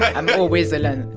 i'm always alone.